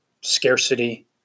scarcity